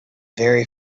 very